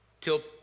Till